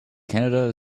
canada